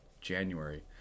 January